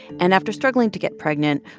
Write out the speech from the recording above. and after struggling to get pregnant,